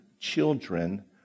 children